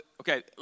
Okay